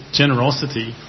generosity